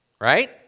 right